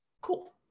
Cool